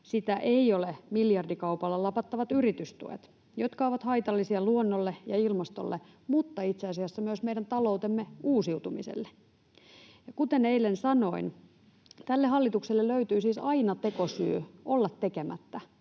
sitä ei ole miljardikaupalla lapattavat yritystuet, jotka ovat haitallisia luonnolle ja ilmastolle mutta itse asiassa myös meidän taloutemme uusiutumiselle. Kuten eilen sanoin, tälle hallitukselle löytyy siis aina tekosyy olla tekemättä,